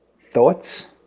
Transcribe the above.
Thoughts